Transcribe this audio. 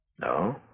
No